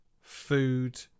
food